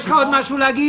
יש לך עוד משהו להגיד?